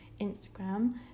Instagram